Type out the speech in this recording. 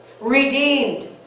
redeemed